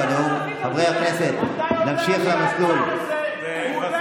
חבר הכנסת עודה, יש גם לך